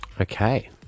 Okay